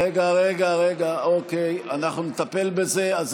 רגע, רגע, רגע, אוקיי, אנחנו נטפל בזה.